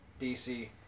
DC